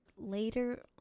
later